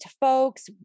folks